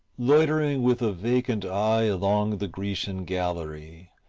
loitering with a vacant eye along the grecian gallery,